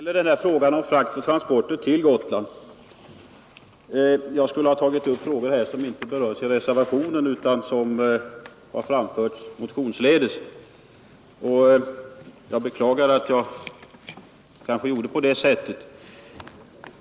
Herr talman! Det har här sagts att jag skulle ha tagit upp saker som inte berörts i reservationen utan framförts i motionerna. Det gäller stöd för transporter till Gotland. Jag beklagar att jag gjorde på det sättet.